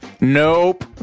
Nope